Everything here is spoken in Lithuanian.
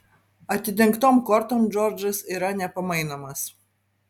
atidengtom kortom džordžas yra nepamainomas